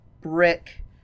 brick